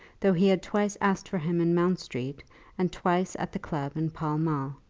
though he had twice asked for him in mount street and twice at the club in pall mall.